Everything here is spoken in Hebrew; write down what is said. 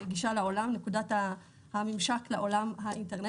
לעולם, נקודת הממשק לעולם.